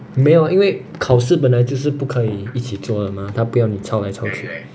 没有因为考试本来就是不可以一起坐的嘛它不要你抄来抄去